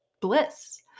bliss